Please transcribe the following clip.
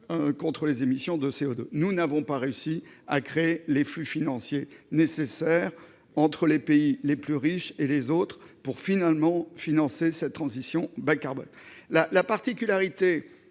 contre les émissions de CO2. Nous n'avons pas réussi à créer les flux financiers nécessaires entre les pays les plus riches et les autres pour financer cette transition bas carbone. Quelle est la particularité